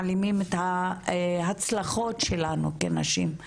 מעלימים את הצלחות שלנו כנשים,